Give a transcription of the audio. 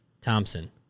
Thompson